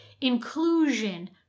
inclusion